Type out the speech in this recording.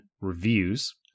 reviews